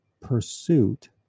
pursuit